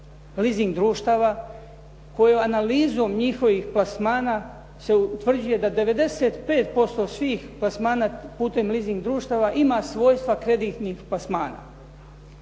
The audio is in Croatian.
koju analizom njihovih plasmana se utvrđuje da 90% svih plasmana putem lising društava ima svojstva kreditnih plasmana.